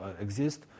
exist